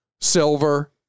silver